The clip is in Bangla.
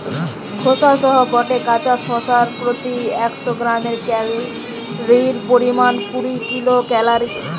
খোসা সহ গটে কাঁচা শশার প্রতি একশ গ্রামে ক্যালরীর পরিমাণ কুড়ি কিলো ক্যালরী